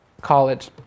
college